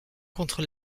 contre